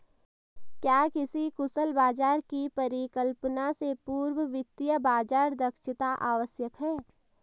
क्या किसी कुशल बाजार की परिकल्पना से पूर्व वित्तीय बाजार दक्षता आवश्यक है?